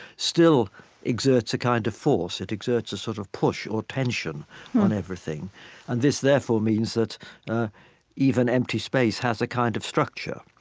still exerts a kind of force. it exerts a sort of push or tension on everything hmm and this therefore means that even empty space has a kind of structure,